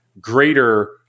greater